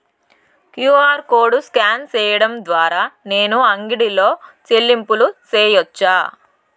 QR code scan సేయడం ద్వారా నేను అంగడి లో చెల్లింపులు సేయొచ్చా?